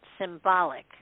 symbolic